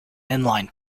inline